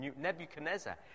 Nebuchadnezzar